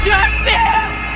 Justice